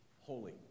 holy